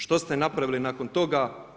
Što ste napravili nakon toga?